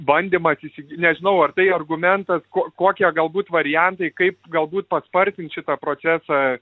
bandymas įsigy nežinau ar tai argumentas ko kokie galbūt variantai kaip galbūt paspartint šitą procesą